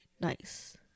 nice